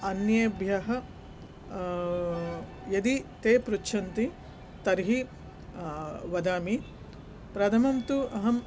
अन्येभ्यः यदि ते पृच्छन्ति तर्हि वदामि प्रथमं तु अहं